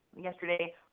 yesterday